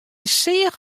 seach